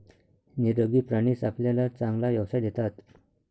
निरोगी प्राणीच आपल्याला चांगला व्यवसाय देतात